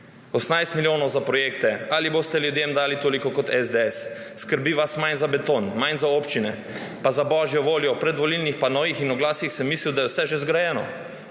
»18 milijonov za projekte.« »Ali boste ljudem dali toliko kot SDS?« Skrbi vas »manj za beton, manj za občine«. Pa za božjo voljo, po predvolilnih panojih in oglasih sem mislil, da je že vse zgrajeno,